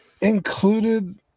included